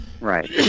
Right